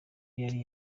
yari